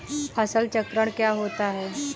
फसल चक्रण क्या होता है?